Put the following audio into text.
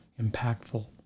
impactful